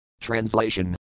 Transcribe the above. Translation